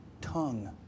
tongue